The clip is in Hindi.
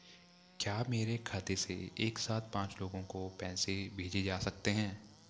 क्या मेरे खाते से एक साथ पांच लोगों को पैसे भेजे जा सकते हैं?